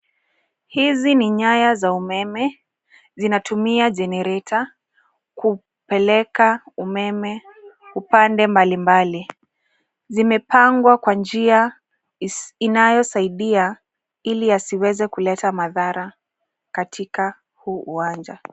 Hizi ni nyaya za umeme. Zinatumia jenereta kupeleka umeme upande mbalimbali. Zimepangwa kwa njia inayosaidia ili yasiweze kuleta madhara katika huu uwanja.